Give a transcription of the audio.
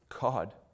God